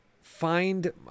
find